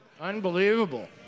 Unbelievable